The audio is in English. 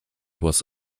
was